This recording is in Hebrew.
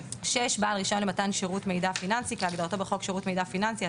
בעל רישיון למתן שירות מידע פיננסי כהגדרתו בחוק שירות מידע פיננסי,